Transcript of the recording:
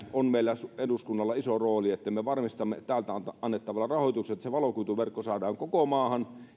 on meillä eduskunnalla iso rooli että me varmistamme täältä annettavalla rahoituksella että se valokuituverkko saadaan koko maahan